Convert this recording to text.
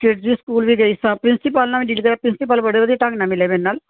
Kidzee school ਵੀ ਗਈ ਸਾਂ ਪ੍ਰਿੰਸੀਪਲ ਨਾਲ ਪ੍ਰਿੰਸੀਪਲ ਬੜੇ ਵਧੀਆ ਢੰਗ ਨਾਲ ਮਿਲੇ ਮੇਰੇ ਨਾਲ